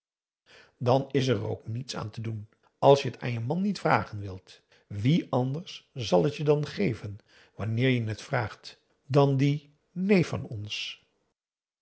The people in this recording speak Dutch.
dan is er ook niets aan te doen als je het aan je man niet vragen wilt wie anders zal het je dan geven wanneer je het vraagt dan die neef van ons